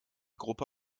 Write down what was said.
gruppe